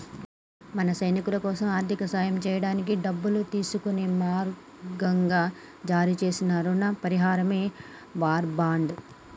మన సైనికులకోసం ఆర్థిక సాయం సేయడానికి డబ్బును తీసుకునే మార్గంగా జారీ సేసిన రుణ పరికరమే వార్ బాండ్